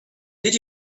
did